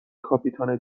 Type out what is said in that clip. کاپیتان